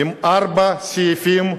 עם ארבעה סעיפים.